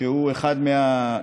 שהוא אחד מהמשתמשים.